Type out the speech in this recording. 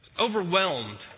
Overwhelmed